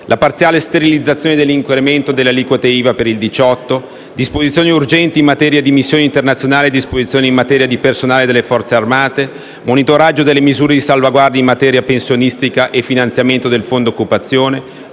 la parziale sterilizzazione dell'incremento delle aliquote IVA per il 2018; disposizioni urgenti in materia di missioni internazionali e disposizioni in materia di personale delle Forze armate; monitoraggio delle misure di salvaguardia in materia pensionistica e finanziamento del fondo occupazione;